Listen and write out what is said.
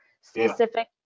specific